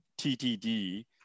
TTD